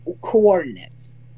coordinates